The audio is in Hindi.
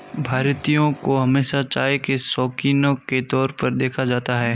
भारतीयों को हमेशा चाय के शौकिनों के तौर पर देखा जाता है